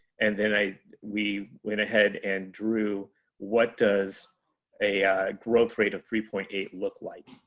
and then i we went ahead and drew what does a growth rate of three point eight look like.